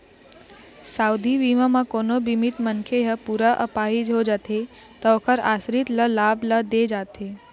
सावधि बीमा म कोनो बीमित मनखे ह पूरा अपाहिज हो जाथे त ओखर आसरित ल लाभ ल दे जाथे